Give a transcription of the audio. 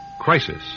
Crisis